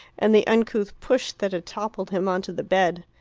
and the uncouth push that had toppled him on to the bed.